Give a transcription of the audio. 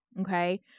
Okay